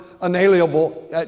unalienable